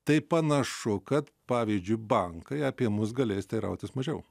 tai panašu kad pavyzdžiui bankai apie mus galės teirautis mažiau